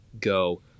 go